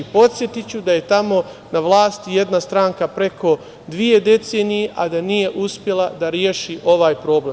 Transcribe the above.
Podsetiću da je tamo na vlasti jedna stranka preko dve decenije, a da nije uspela da reši ovaj problem.